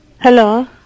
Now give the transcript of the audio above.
Hello